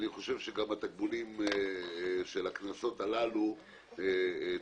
כי אני חושב שגם התקבולים של הקנסות הללו צריכים